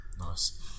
nice